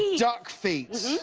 and duck feet?